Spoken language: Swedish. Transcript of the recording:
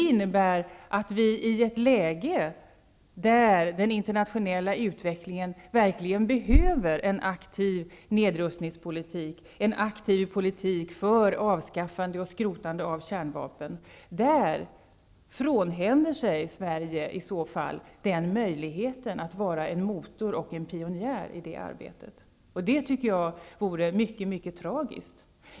I ett läge där den internationella utvecklingen medför att det verkligen behövs en aktiv nedrustningspolitik och en aktiv politik för avskaffande och skrotning av kärnvapen skulle Sverige frånhända sig möjligheten att vara en motor och en pionjär i detta arbete. Det tycker jag vore mycket tragiskt.